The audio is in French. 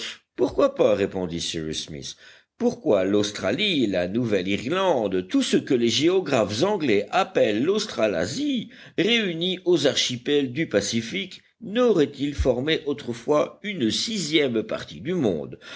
pourquoi pas répondit cyrus smith pourquoi l'australie la nouvelle irlande tout ce que les géographes anglais appellent l'australasie réunies aux archipels du pacifique n'auraient-ils formé autrefois une sixième partie du monde